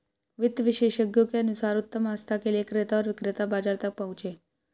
वित्त विशेषज्ञों के अनुसार उत्तम आस्था के लिए क्रेता और विक्रेता बाजार तक पहुंचे